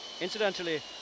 Incidentally